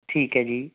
ਠੀਕ ਹੈ ਜੀ